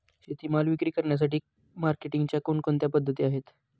शेतीमाल विक्री करण्यासाठी मार्केटिंगच्या कोणकोणत्या पद्धती आहेत?